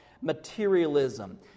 materialism